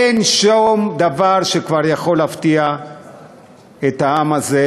אין כבר שום דבר שיכול להפתיע את העם הזה.